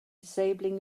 disabling